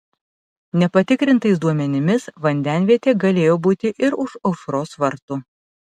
nepatikrintais duomenimis vandenvietė galėjo būti ir už aušros vartų